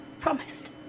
Promised